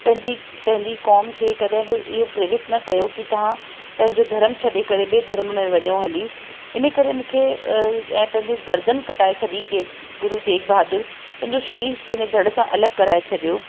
पंहिंजी पंहिंजी क़ौम खे कॾहिं बि इहो प्रेरित न कयो की तव्हां पंहिंजो धर्म छॾे करे ॿिए धर्म में वञो हली इन करे मूंखे ऐं पंहिंजे गर्दन कटाए छॾी के गुरुतेग बहादुर पंहिंजो शीश धड़ सां अलॻि कराए छॾियो